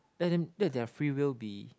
let them let their free will be